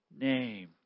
name